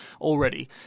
Already